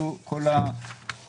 יהיו כל המספרים.